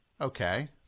Okay